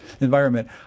environment